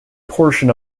portion